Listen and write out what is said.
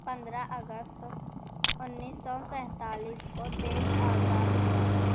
پندرہ اگست انیس سو سینتالیس کو دیش آزاد ہوا تھا